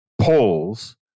polls